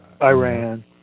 Iran